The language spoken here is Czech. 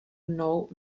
mnou